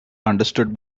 understood